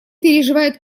переживает